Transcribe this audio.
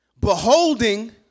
beholding